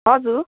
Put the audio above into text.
हजुर